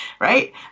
Right